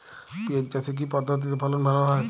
পিঁয়াজ চাষে কি পদ্ধতিতে ফলন ভালো হয়?